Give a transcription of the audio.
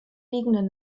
liegenden